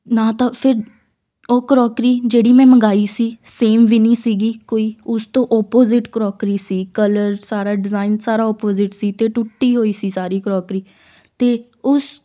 ਨਾ ਤਾਂ ਫਿਰ ਉਹ ਕਰੋਕਰੀ ਜਿਹੜੀ ਮੈਂ ਮੰਗਵਾਈ ਸੀ ਸੇਮ ਵੀ ਨਹੀਂ ਸੀਗੀ ਕੋਈ ਉਸ ਤੋਂ ਓਪੋਜ਼ਿਟ ਕਰੋਕਰੀ ਸੀ ਕਲਰ ਸਾਰਾ ਡਿਜ਼ਾਇਨ ਸਾਰਾ ਓਪੋਜ਼ਿਟ ਸੀ ਅਤੇ ਟੁੱਟੀ ਹੋਈ ਸੀ ਸਾਰੀ ਕਰੋਕਰੀ ਅਤੇ ਉਸ